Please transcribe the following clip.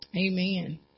Amen